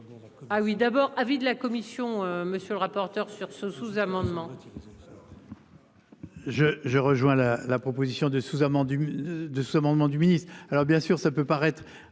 d'abord, avis de la commission. Monsieur le rapporteur. Sur ce sous-amendement.